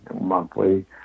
monthly